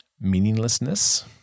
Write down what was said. meaninglessness